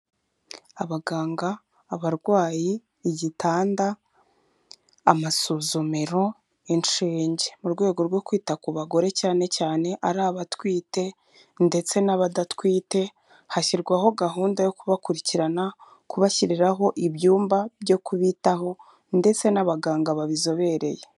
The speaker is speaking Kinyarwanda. Abaganga, abarwayi, igitanda, amasuzumiro, inshinge. Mu rwego rwo kwita ku bagore cyane cyane ari abatwite ndetse n'abadatwite hashyirwaho gahunda yo kubakurikirana, kubashyiriraho ibyumba byo kubitaho, ndetse n'abaganga babizobereye.